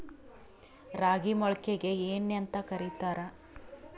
ರಾಗಿ ಮೊಳಕೆಗೆ ಏನ್ಯಾಂತ ಕರಿತಾರ?